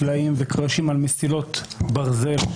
סלעים וקרשים על מסילות ברזל,